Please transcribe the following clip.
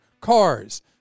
cars